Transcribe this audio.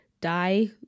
die